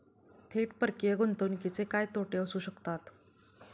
थेट परकीय गुंतवणुकीचे काय तोटे असू शकतात?